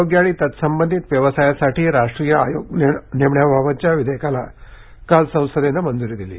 आरोग्य आणि तत्संबंधित व्यवसायासाठी राष्ट्रीय आयोग नेमण्याबाबतच्या विधेयकाला काल संसदेनं मंजूरी दिली